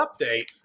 update